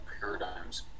paradigms